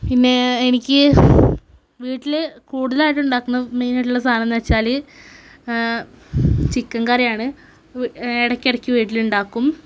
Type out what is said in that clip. പിന്നെ എനിക്ക് വീട്ടിൽ കൂടുതലായിട്ടും ഉണ്ടാക്കുന്ന മെയ്ൻ ആയിട്ടുള്ള സാധനം എന്നുവച്ചാൽ ചിക്കൻ കറിയാണ് ഇടയ്ക്കിടയ്ക്ക് വീട്ടിലുണ്ടാക്കും